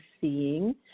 seeing